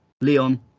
Leon